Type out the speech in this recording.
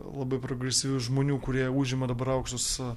labai progresyvių žmonių kurie užima dabar aukštus